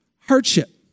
hardship